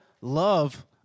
love